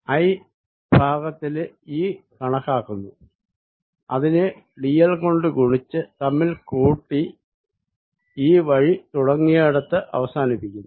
i ഭാഗത്തിലെ E കണക്കാക്കുന്നു അതിനെ dl കൊണ്ട് ഗുണിച്ച് തമ്മിൽ കൂട്ടി ഈ വഴി തുടങ്ങിയേടത്ത് അവസാനിപ്പിക്കുന്നു